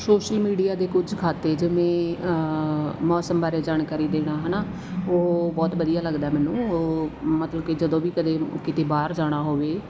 social media ਦੇ ਕੁਝ ਖਾਤੇ ਜਿਵੇਂ ਮੌਸਮ ਬਾਰੇ ਜਾਣਕਾਰੀ ਦੇਣਾ ਹੈ ਨਾ ਉਹ ਬਹੁਤ ਵਧੀਆ ਲੱਗਦਾ ਮੈਨੂੰ ਉਹ ਮਤਲਬ ਕਿ ਜਦੋਂ ਵੀ ਕਦੇ ਕਿਤੇ ਬਾਹਰ ਜਾਣਾ ਹੋਵੇ